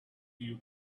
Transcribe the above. you